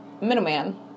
Middleman